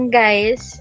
guys